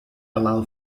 allow